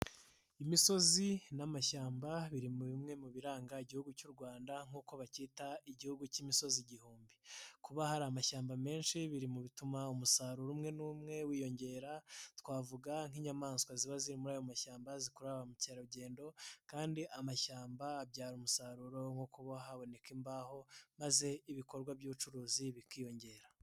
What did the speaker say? Imisozi n'amashyamba biririmo bimwe mu biranga Igihugu cy'u Rwanda nk'uko bacyita Igihugu cy'imisozi igihumbi, kuba hari amashyamba menshi biri mu bituma umusaruro umwe n'umwe wiyongera, twavuga nk'inyamaswa ziba zi muri ayo mashyamba zikurura ba mukerarugendo kandi amashyamba abyara umusaruro nko kuba haboneka imbaho maze ibikorwa by'ubucuruzi bikiyongera.